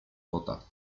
kota